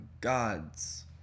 gods